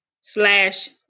slash